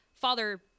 father-